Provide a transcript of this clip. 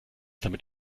damit